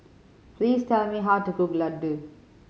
please tell me how to cook laddu